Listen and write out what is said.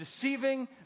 deceiving